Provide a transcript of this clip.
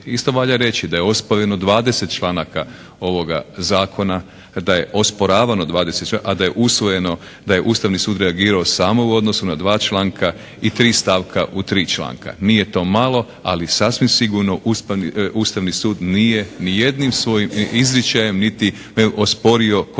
isto valja reći da je osporeno 20 članaka ovoga zakona, da je osporavano 20, a da je Ustavni sud reagirao samo u odnosu na dva članka i tri stavka u tri članka. Nije to malo, ali sasvim sigurno Ustavni sud nije nijednim svojim izričajem niti osporio koncept